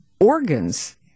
organs